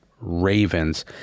Ravens